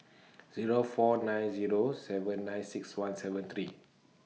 Zero four nine Zero seven nine six one seven three